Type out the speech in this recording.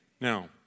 Now